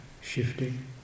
shifting